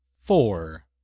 Four